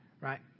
right